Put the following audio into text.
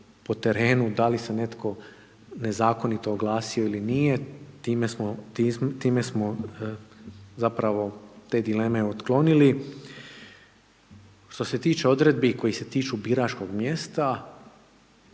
po terenu, da li se netko nezakonito oglasio ili nije, time smo zapravo te dileme otklonili. Što se tiče odredbi koje se tiču biračkog mjesta,